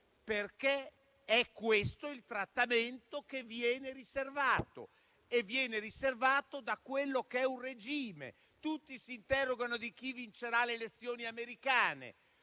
perché è questo il trattamento che gli viene riservato da quello che è un regime. Tutti si interrogano su chi vincerà le elezioni americane;